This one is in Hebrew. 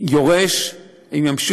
יורש להם,